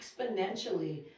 exponentially